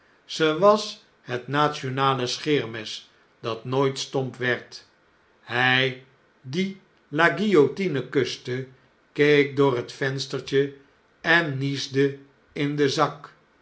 gelaatskleur zewas het nationale scheermes dat nooit stomp werd hjj die la guillotine kuste keek door het venstertje en niesde in den zak